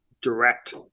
direct